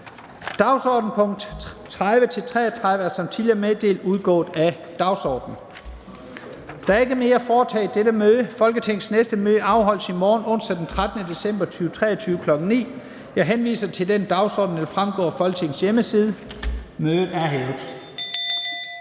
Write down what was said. fra formanden Første næstformand (Leif Lahn Jensen): Der er ikke mere at foretage i dette møde. Folketingets næste møde afholdes i morgen, onsdag den 13. december 2023, kl. 9.00. Jeg henviser til den dagsorden, der fremgår af Folketingets hjemmeside. Mødet er hævet.